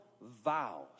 vows